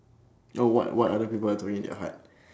you know what what other people are talking in their heart